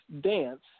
dance